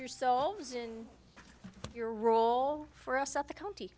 yourselves in your role for us at the county